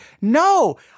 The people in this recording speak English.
No